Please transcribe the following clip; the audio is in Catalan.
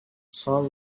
sol